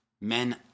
men